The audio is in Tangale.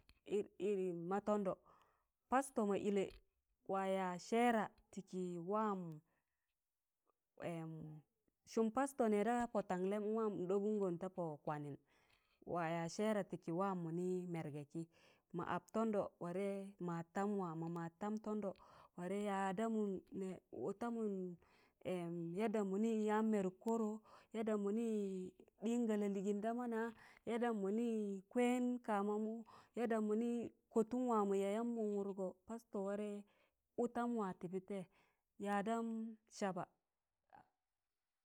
ma tandọ pasto ma ilẹ wa ya sẹẹra tiki waam sụm pasto nẹẹ da pọ taṇlẹm nwaam n ɗọbụngọn ta pọ kwanin wa yas sẹẹra tị ki waam mini mẹrgẹ kiị ma ap tandọ warẹ madtam waa ma madtam tandọ warẹ yadamụn utamun yaddam mini yam mẹrụk kọrọ yaddam mini ɗiin ga laliigịn da mana yaddam mini kwẹn kamamụ yaddam mini kọtụn waamụ yayam min wụdgọ pasto warẹ ụtam wa ti pitẹiyẹ yadam saba.